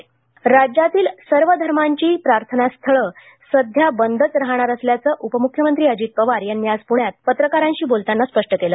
प्रार्थना स्थळ राज्यातील सर्व धर्मांची प्रार्थना स्थळं सध्या बंदच राहणार असल्याचं उपमुख्यमंत्री अजित पवार यांनी आज पुण्यात पत्रकारांशी बोलताना स्पष्ट केलं